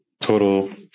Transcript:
total